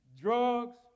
drugs